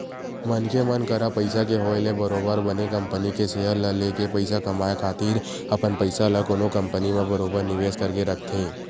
मनखे मन करा पइसा के होय ले बरोबर बने कंपनी के सेयर ल लेके पइसा कमाए खातिर अपन पइसा ल कोनो कंपनी म बरोबर निवेस करके रखथे